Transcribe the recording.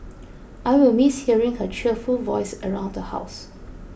I will miss hearing her cheerful voice around the house